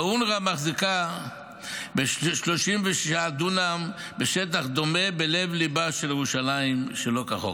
ואונר"א מחזיקה ב-36 דונם בשטח דומה בלב-ליבה של ירושלים שלא כחוק.